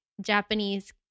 japanese